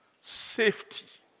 safety